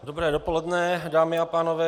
Dobré dopoledne, dámy a pánové.